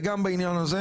וגם בעניין הזה,